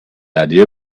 idea